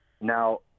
now